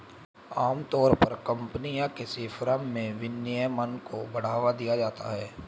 आमतौर पर कम्पनी या किसी फर्म में विनियमन को बढ़ावा दिया जाता है